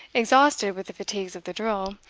exhausted with the fatigues of the drill,